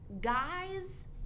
Guys